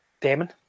Damon